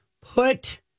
put